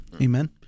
Amen